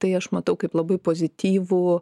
tai aš matau kaip labai pozityvų